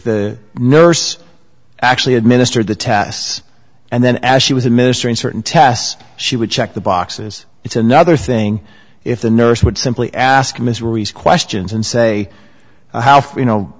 the nurse actually administered the tests and then as she was a minister in certain tests she would check the boxes it's another thing if the nurse would simply ask ms ruiz questions and say you know